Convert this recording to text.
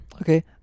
okay